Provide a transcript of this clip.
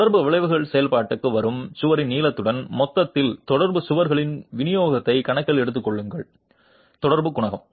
தொடர்பு விளைவுகள் செயல்பாட்டுக்கு வரும் சுவரின் நீளத்துடன் மொத்தத்தில் தொடர்பு சக்திகளின் விநியோகத்தை கணக்கில் எடுத்துக்கொள்ளும் தொடர்பு குணகம்